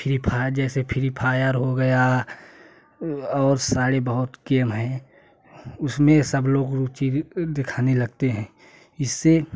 free fire जैसे free fire हो गया और सारे बहुत गेम है उसमे सब लोग रूचि दिखने लगते है इससे